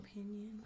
opinion